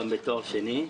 גם בתואר שני,